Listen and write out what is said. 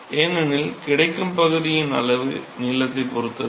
மாணவர் ஏனெனில் கிடைக்கும் பகுதியின் அளவு நீளத்தைப் பொறுத்தது